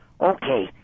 Okay